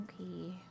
Okay